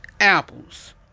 apples